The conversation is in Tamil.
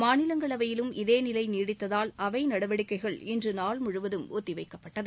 மாநிலங்களவையிலும் இதே நிலை நீடித்ததால் அவை நடவடிக்கைகள் இன்று நாள் முழுவதும் ஒத்திவைக்கப்பட்டது